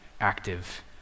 active